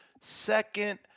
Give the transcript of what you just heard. second